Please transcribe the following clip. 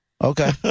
okay